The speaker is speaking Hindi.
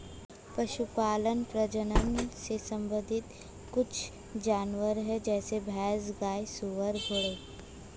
पशुपालन प्रजनन से संबंधित कुछ जानवर है जैसे भैंस, गाय, सुअर, घोड़े